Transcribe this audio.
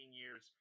years